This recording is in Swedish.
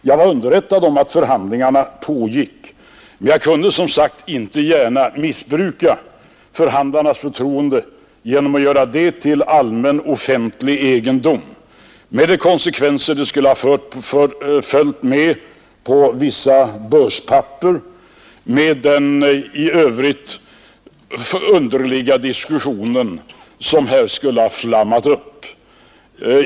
Jag var underrättad om att förhandlingarna pågick, men jag kunde inte gärna missbruka förhandlarnas förtroende genom att göra denna information till offentlig egendom med de konsekvenser som skulle ha följt för vissa börspapper och med den i övrigt underliga diskussion som skulle ha flammat upp.